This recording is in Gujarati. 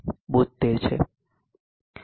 72 છે